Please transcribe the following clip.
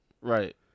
Right